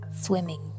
swimming